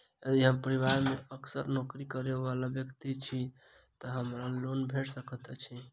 यदि हम परिवार मे असगर नौकरी करै वला व्यक्ति छी तऽ हमरा लोन भेट सकैत अछि?